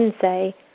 say